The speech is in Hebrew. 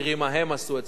אצלנו זה ביצוע,